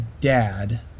dad